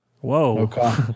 Whoa